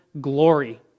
Glory